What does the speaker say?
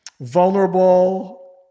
vulnerable